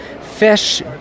fish